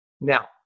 Now